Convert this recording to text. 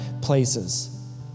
places